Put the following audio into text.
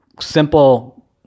simple